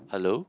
hello